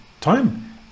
time